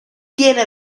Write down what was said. tiene